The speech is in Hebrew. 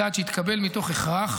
היא צעד שהתקבל מתוך הכרח,